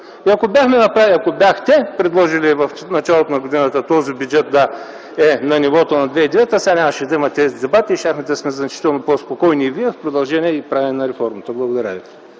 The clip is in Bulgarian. И ако бяхте предложили в началото на годината този бюджет да е на нивото на 2009 г., сега нямаше да има тези дебати и щяхме да сме значително по-спокойни, и вие, в продължение, и в правене на реформата. Благодаря.